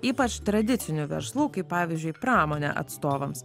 ypač tradicinių verslų kaip pavyzdžiui pramonė atstovams